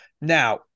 Now